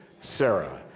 Sarah